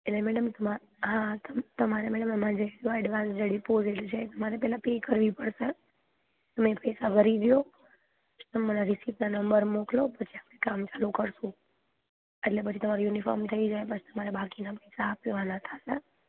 એટલે મેડમ હા હા તમારે મેડમ અમારે જે એડવાન્સ જે ડિપોજીટ છે એ તમારે પહેલાં પે કરવી પડશે તમે પૈસા ભરી દો તમારા જે રસીદના નંબર મોકલો પછી અમે કામ ચાલુ કરીશું એટલે પછી તમારો યુનિફોર્મ થઇ જાયે પછી બાકીના પૈસા આપવાના થશે